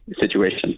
situation